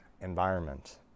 environment